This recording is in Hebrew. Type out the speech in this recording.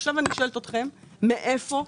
עכשיו אני שואלת אתכם, מאיפה?